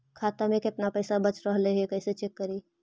खाता में केतना पैसा बच रहले हे कैसे चेक करी?